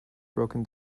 broken